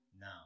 now